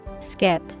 Skip